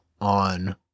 on